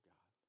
God